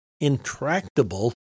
intractable